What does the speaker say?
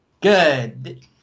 Good